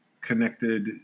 connected